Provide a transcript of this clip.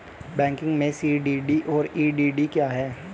Banking में CDD और EDD क्या हैं?